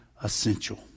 essential